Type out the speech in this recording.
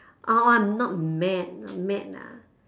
orh not met mad ah